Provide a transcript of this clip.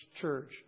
church